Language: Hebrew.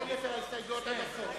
כל יתר ההסתייגויות עד הסוף?